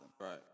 Right